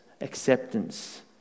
Acceptance